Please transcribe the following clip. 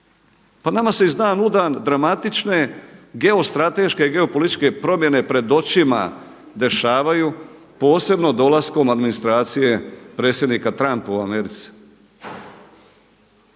Pa nama se iz dana u dan dramatične geostrateške i geopolitičke promjene pred očima dešavaju posebno dolaskom administracije predsjednika Trumpa u Americi.